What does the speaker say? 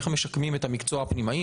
איך משקמים את מקצוע הפנימאי.